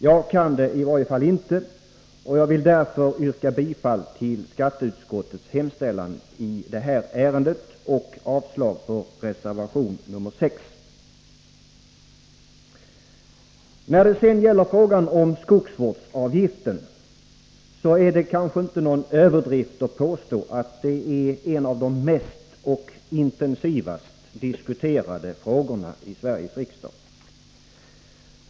Jag kan det i varje fall inte, och jag vill därför yrka bifall till skatteutskottets hemställan i detta ärende och avslag på reservation nr 6. När det sedan gäller frågan om skogsvårdsavgiften är det kanske ingen överdrift att påstå att det är en av de mest och intensivast diskuterade frågorna i Sveriges riksdag.